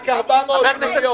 רק 400 מיליון.